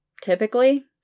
Typically